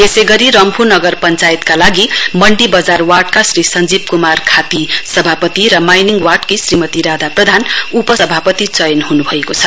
यसै गरी रम्फू नगर पञ्चायतका लागि मण्डी बजार वार्डका श्री सञ्जीब कुमार खाती समापति र माइनिङ वार्डकी श्रीमती राधा प्रधानलाई नगर उपाध्यक्ष चयन हनुभएको छ